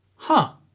huh.